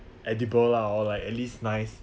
edible lah or like at least nice